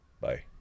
Bye